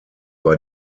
war